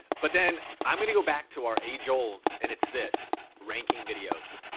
but then i'm gonna go back to our age old and it's this, ranking videos.